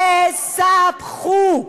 תספחו,